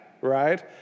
Right